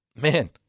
man